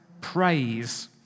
praise